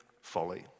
folly